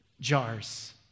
jars